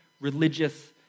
religious